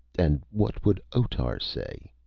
and what would otar say?